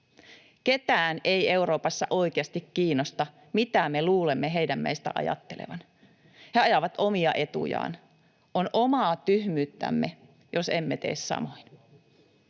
Ketään ei Euroopassa oikeasti kiinnosta, mitä me luulemme heidän meistä ajattelevan. He ajavat omia etujaan. On omaa tyhmyyttämme, jos emme tee samoin.